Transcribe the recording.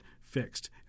fixed